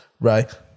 right